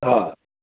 हा